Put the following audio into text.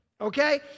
okay